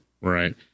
right